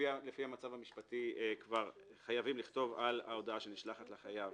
לפי המצב המשפטי חייבים לכתוב על ההודעה שנשלחת לחייב